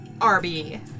Arby